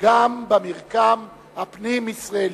וגם במרקם הפנים-ישראלי.